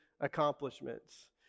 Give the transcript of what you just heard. accomplishments